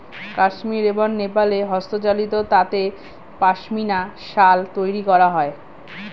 কাশ্মীর এবং নেপালে হস্তচালিত তাঁতে পশমিনা শাল তৈরি করা হয়